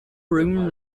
room